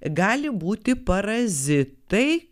gali būti parazitai